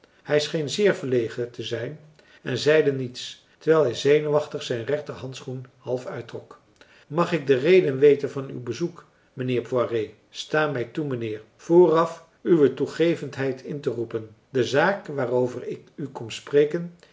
hij scheen zeer verlegen te zijn en zeide niets terwijl hij zenuwachtig zijn rechter handschoen half uittrok mag ik de reden weten van uw bezoek mijnheer poiré sta mij toe mijnheer vooraf uwe toegevendheid in te roepen de zaak waarover ik u kom spreken